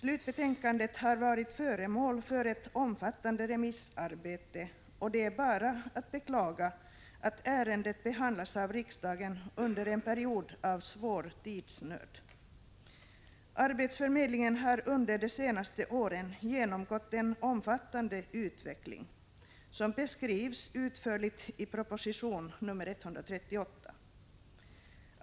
Slutbetänkandet har varit föremål för ett omfattande remissarbete, och det är bara att beklaga att ärendet behandlas av riksdagen under en period av svår tidsnöd. Arbetsförmedlingen har under de senaste åren genomgått en omfattande utveckling, som beskrivs utförligt i proposition nr 138.